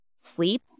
sleep